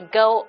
go